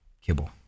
kibble